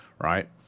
right